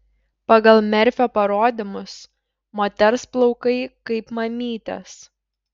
pagal merfio parodymus moters plaukai kaip mamytės